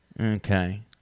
Okay